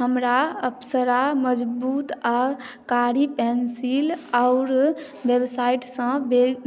हमरा अप्सरा मजबूत आ कारी पेंसिल आओर वेबसाइटसँ